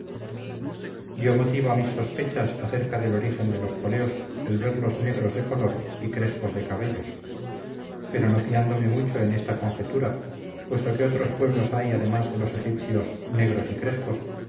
dio motivo a mis sospechas acerca del origen de los coleos el verlos negros de color y crespos de cabellos pero no fiándome mucho en esta conjetura puesto que otros pueblos hay además de los egipcios negros y crespos